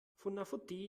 funafuti